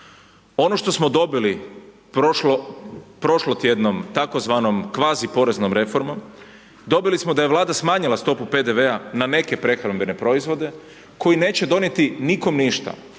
Ono što smo dobili prošlotjednom tzv. kvazi poreznom reformom, dobili smo da je Vlada smanjila stopu PDV-a na neke prehrambene proizvode koji neće donijeti nikom ništa,